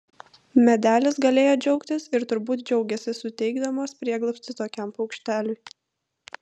medelis galėjo džiaugtis ir turbūt džiaugėsi suteikdamas prieglobstį tokiam paukšteliui